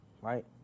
right